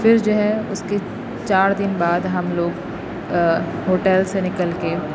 پھر جو ہے اس کے چار دن بعد ہم لوگ ہوٹل سے نکل کے